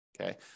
okay